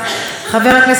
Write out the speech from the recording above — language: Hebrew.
אינה נוכחת.